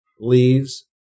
leaves